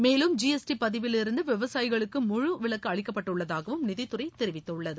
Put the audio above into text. மேலும் ஜிஎஸ்டி பதிவிலிருந்து விவசாயிகளுக்கு முழு விலக்கு அளிக்கப்பட்டுள்ளதாகவும் நிதித்துறை தெரிவித்துள்ளது